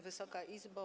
Wysoka Izbo!